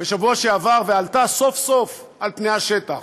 בשבוע שעבר ועלתה סוף-סוף אל פני השטח: